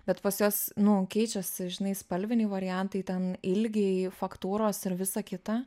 bet pas juos nu keičiasi žinai spalviniai variantai ten ilgiai faktūros ir visa kita